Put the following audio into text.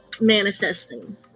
manifesting